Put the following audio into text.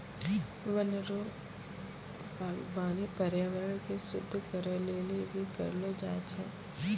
वन रो वागबानी पर्यावरण के शुद्ध करै लेली भी करलो जाय छै